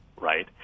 right